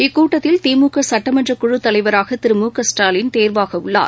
இக்கூட்டத்தில் திமுக சுட்டமன்றக் குழு தலைவராக திரு மு க ஸ்டாலின் தேர்வாகவுள்ளார்